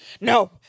No